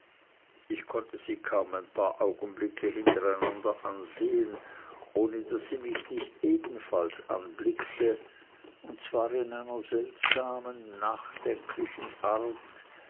ich konnte sie kaum ein paar augenblicke hintereinander ansehen ohne daß sie mich nicht ebenfalls anblickte und zwar in einer seltsamen nachdenklichen art